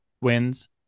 wins